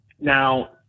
Now